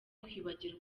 kwibwira